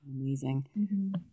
Amazing